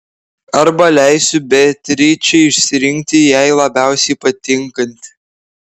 arba leisiu beatričei išsirinkti jai labiausiai patinkantį